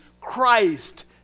Christ